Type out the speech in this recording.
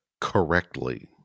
correctly